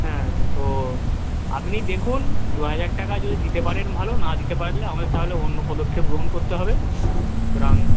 হ্যাঁ তো আপনি দেখুন দুহাজার টাকা যদি দিতে পারেন ভালো না দিতে পারলে আমাদের তাহলে অন্য পদক্ষেপ গ্রহণ করতে হবে সুতরাং